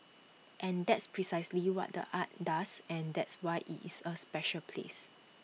and that's precisely what the art does and that's why IT is A special place